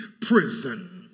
prison